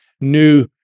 new